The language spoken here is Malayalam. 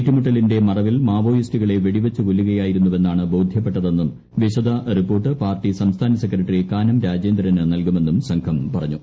ഏറ്റുമുട്ടലിന്റെ മറവിൽ ് മാവോയിസ്റ്റുകളെ വെടിവച്ചു കൊല്ലുകയായിരുന്നുവെന്നാണ് ബോധ്യപ്പെട്ടതെന്നും വിശദ റിപ്പോർട്ട് പാർട്ടി സംസ്ഥാന സെക്രട്ടറി കാനം രാജേന്ദ്രന് നൽകുമെന്നും സംഘം പറഞ്ഞു